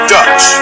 Dutch